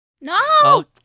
No